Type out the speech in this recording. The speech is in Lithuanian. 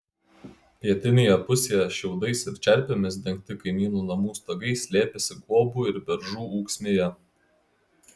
pietinėje pusėje šiaudais ir čerpėmis dengti kaimynų namų stogai slėpėsi guobų ir beržų ūksmėje